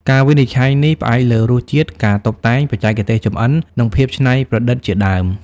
ការវិនិច្ឆ័យនេះផ្អែកលើ រសជាតិ ការតុបតែង បច្ចេកទេសចម្អិននិងភាពច្នៃប្រឌិតជាដើម។